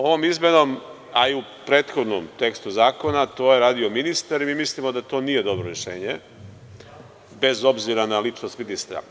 Ovom izmenom, a i u prethodnom tekstu zakona to je radio ministar i mi mislimo da to nije dobro rešenje, bez obzira na ličnost ministara.